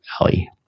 alley